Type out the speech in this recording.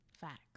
facts